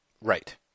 Right